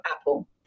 Apple